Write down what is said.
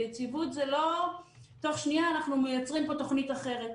ויציבות זה לא תוך שנייה אנחנו מייצרים פה תוכנית אחרת.